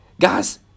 Guys